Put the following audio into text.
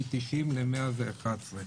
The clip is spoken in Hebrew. מ-90 ל-111.